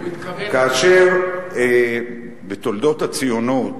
כאשר בתולדות הציונות